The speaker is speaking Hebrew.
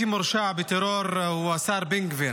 תודה.